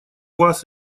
вас